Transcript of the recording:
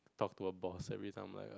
talk to our boss every time like